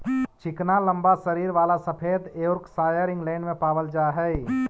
चिकना लम्बा शरीर वाला सफेद योर्कशायर इंग्लैण्ड में पावल जा हई